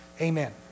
amen